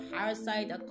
parasite